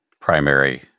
primary